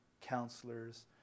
counselors